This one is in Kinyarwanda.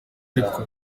ariko